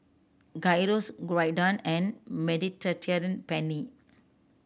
Gyros Gyudon and Mediterranean Penne